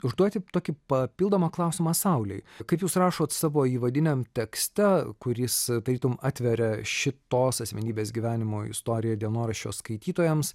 užduoti tokį papildomą klausimą saulei kaip jūs rašot savo įvadiniam tekste kuris tarytum atveria šitos asmenybės gyvenimo istoriją dienoraščio skaitytojams